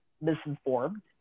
misinformed